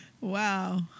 Wow